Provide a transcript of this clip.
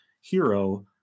hero